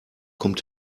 kommt